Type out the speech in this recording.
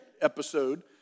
episode